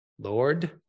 Lord